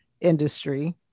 industry